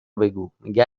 بگو، میگه